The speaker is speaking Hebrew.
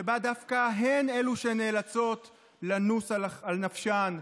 שבה דווקא הן שנאלצות לנוס על נפשן,